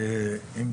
אמצעי הגנה נוספים.